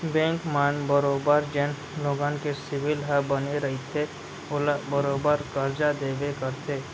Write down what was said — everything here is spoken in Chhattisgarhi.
बेंक मन बरोबर जेन लोगन के सिविल ह बने रइथे ओला बरोबर करजा देबे करथे